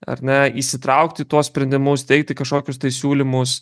ar ne įsitraukt į tuos sprendimus teikti kažkokius tai siūlymus